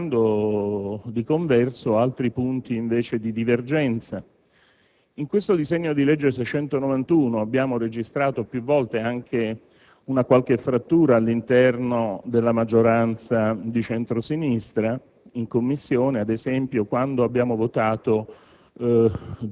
trovando vari punti di convergenza e verificando di converso altri punti di divergenza. Nel disegno di legge n. 691 abbiamo registrato più volte anche una qualche frattura all'interno della maggioranza di centro-sinistra